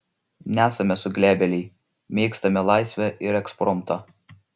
nesame suglebėliai mėgstame laisvę ir ekspromtą